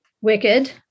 wicked